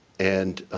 and